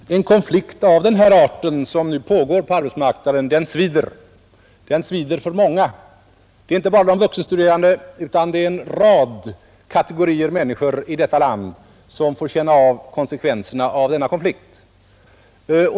Herr talman! En konflikt av den art som nu pågår på arbetsmarknaden svider — och den svider för många. Det är inte bara de vuxenstuderande, utan en rad kategorier av människor i detta land får känna av konsekvenserna av denna konflikt.